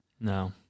No